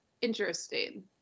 Interesting